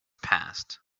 passed